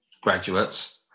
graduates